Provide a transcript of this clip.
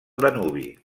danubi